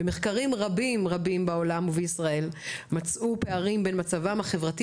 במחקרים רבים בעולם ובישראל נמצאו פערים בעולם החברתי